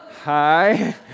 Hi